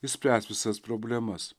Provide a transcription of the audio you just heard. išspręs visas problemas